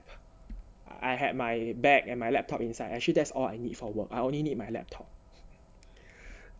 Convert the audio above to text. I had my bag and my laptop inside actually that's all I need for work I only need my laptop